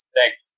Thanks